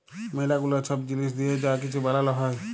ম্যালা গুলা ছব জিলিস দিঁয়ে যা কিছু বালাল হ্যয়